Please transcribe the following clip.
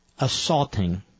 assaulting